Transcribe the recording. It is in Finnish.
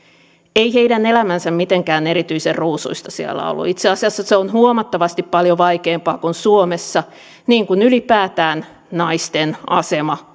ei heidän elämänsä mitenkään erityisen ruusuista siellä ollut itse asiassa se on huomattavasti paljon vaikeampaa kuin suomessa niin kuin ylipäätään naisten asema